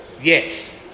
Yes